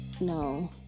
No